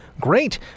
great